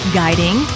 guiding